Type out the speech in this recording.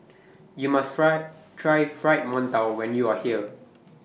YOU must Try Try Fried mantou when YOU Are here